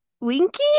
Winky